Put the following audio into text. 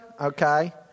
Okay